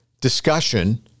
discussion